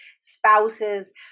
spouses